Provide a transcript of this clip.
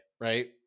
right